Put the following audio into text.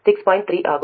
3 ஆகும்